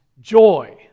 joy